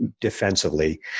defensively